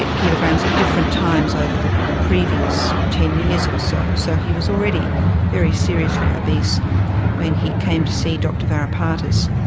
kilograms at different times over the the previous ten years or so. so he was already very seriously obese when he came to see dr varipatis.